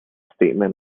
statement